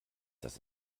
dass